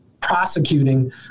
prosecuting